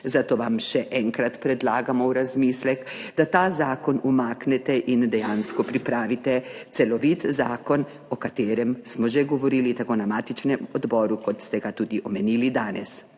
Zato vam še enkrat predlagamo v razmislek, da ta zakon umaknete in dejansko pripravite celovit zakon, o katerem smo že govorili na matičnem odboru, omenili pa ste ga tudi danes.